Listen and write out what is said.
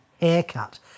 haircut